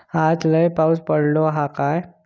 आज लय पाऊस पडतलो हा काय?